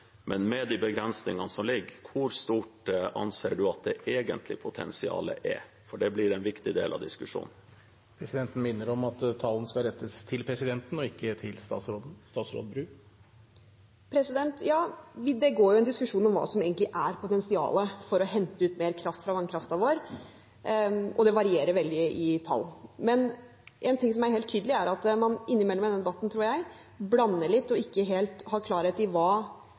Med de begrensningene som foreligger: Hvor stort anser du at det egentlige potensialet er? Det blir en viktig del av diskusjonen. Presidenten minner om at talen skal rettes til presidenten, ikke til statsråden. Det går en diskusjon om hva som egentlig er potensialet for å hente ut mer kraft fra vannkraften vår, og det varierer veldig i tall. Én ting som er helt tydelig, er at man innimellom i denne debatten, tror jeg, blander litt og ikke helt har klarhet i hva